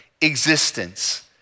existence